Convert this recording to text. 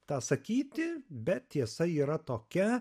tą sakyti bet tiesa yra tokia